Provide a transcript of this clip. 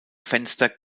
fenster